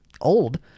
old